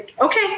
Okay